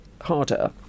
harder